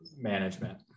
management